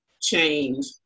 change